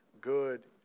good